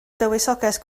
dywysoges